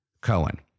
Cohen